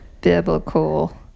biblical